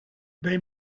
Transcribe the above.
they